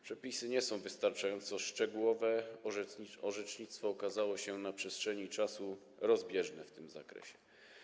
Przepisy nie są wystarczająco szczegółowe, orzecznictwo okazało się na przestrzeni czasu rozbieżne w tym zakresie.